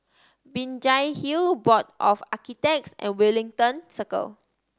Binjai Hill Board of Architects and Wellington Circle